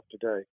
today